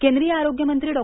केंद्रीय आरोग्यमंत्री डॉ